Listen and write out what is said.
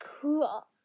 cool